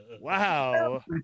Wow